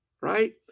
right